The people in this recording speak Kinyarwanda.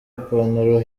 ipantaro